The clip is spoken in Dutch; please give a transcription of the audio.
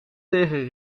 tegen